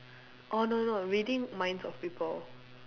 orh no no reading minds of people